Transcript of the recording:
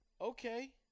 Okay